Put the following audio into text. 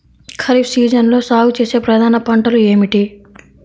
ఖరీఫ్ సీజన్లో సాగుచేసే ప్రధాన పంటలు ఏమిటీ?